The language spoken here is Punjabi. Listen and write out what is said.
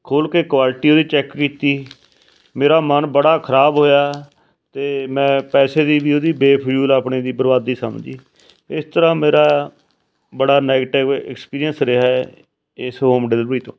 ਖੋਲ ਕੇ ਕੁਆਲਿਟੀ ਉਹਦੀ ਚੈੱਕ ਕੀਤੀ ਮੇਰਾ ਮਨ ਬੜਾ ਖਰਾਬ ਹੋਇਆ ਅਤੇ ਮੈਂ ਪੈਸੇ ਦੀ ਵੀ ਉਹਦੀ ਬੇਫਜ਼ੂਲ ਆਪਣੇ ਦੀ ਬਰਬਾਦੀ ਸਮਝੀ ਇਸ ਤਰ੍ਹਾਂ ਮੇਰਾ ਬੜਾ ਨੈਗਟਿਵ ਐਕਸਪੀਰੀਅਸ ਰਿਹਾ ਹੈ ਇਸ ਹੋਮ ਡਿਲੀਵਰੀ ਤੋਂ